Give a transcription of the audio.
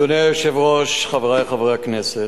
1. אדוני היושב-ראש, חברי חברי הכנסת,